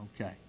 Okay